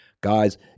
guys